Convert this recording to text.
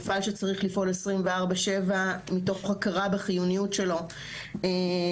מפעל שצריך לפעול 24/7 מתוך הכרה בחיוניות שלו לאספקת